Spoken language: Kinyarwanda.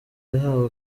yahawe